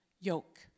yoke